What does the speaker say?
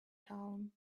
town